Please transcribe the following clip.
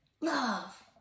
love